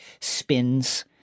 spins